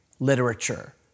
Literature